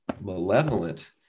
malevolent